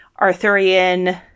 Arthurian